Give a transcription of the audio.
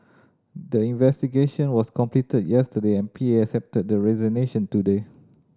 the investigation was completed yesterday and P A accepted the resignation today